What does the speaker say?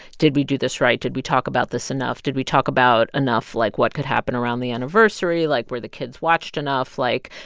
did we do this right? did we talk about this enough? did we talk about enough, like, what could happen around the anniversary? like, were the kids watched enough? like,